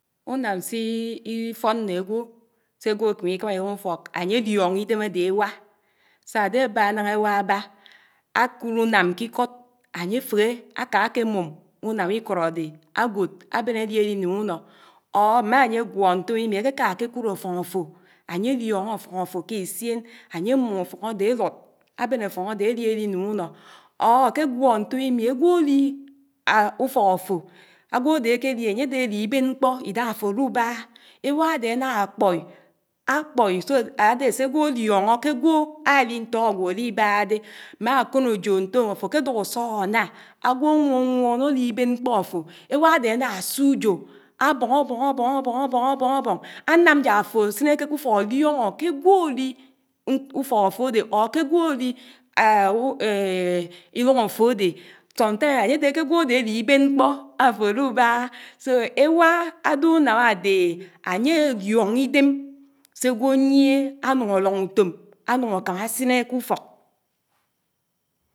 Unám síííí ííífón nné ágwo, s'ágwo ákimi kámá iruñ ufók ányédióñó idém ádé éwá, sádé ábá náhá éwá ábá ákud unám kikód, ányé féhé áká kémum unám ikod ádé ágwod, ábén ári árinim unó, or mm'ányé ágwó ntòimi, ákéká kékud áfóñ áfo, ányélióñó áfóñ áfo ké éssién, ányémum áfóñ ádé álud, ábén áfóñ ádé ádi ádinim unó. Or ákégwó ntomímí ágwo áli ufók áfo, ágwo ádé ákéli ányédé álibén mkpó idáhá áforubáhá, éwá ádé áná kpóí, ákpóí so ádé ségwo álióñó k'ágwo áli nntó ágwo libáhá dé. Má ákònòjò ntòm áfò kéduk ásuk áná, ágwo ánwówón álibén mkpó áfo, éwá ádé áná siòujò ábóñ ábóñ ábóñ ábóñ ábóñ ábóñ ábóñ, ánám jáfo ásinéké k'ufók ádióñó k'ágwo áli ufó áfodé or k'ágwo áli íluñ áfodé, somtime ànyédé k'ágwodé álibén mkpó áfòlubáhá, so éwáá ád'unám ádéhé ányé álióñ'ídém s'ágwo ányié ánuñ álóñ utòm, ánuñ ákámá ásiné k'ufok